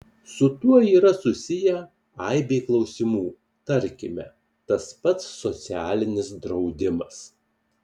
su tuo yra susiję aibė klausimų tarkime tas pats socialinis draudimas